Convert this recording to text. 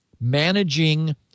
managing